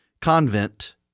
convent